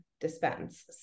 Dispense